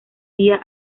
día